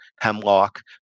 hemlock